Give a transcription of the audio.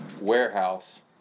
warehouse